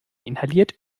inhaliert